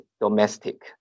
domestic